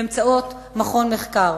באמצעות מכון מחקר.